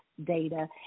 data